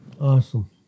awesome